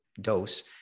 dose